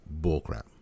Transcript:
bullcrap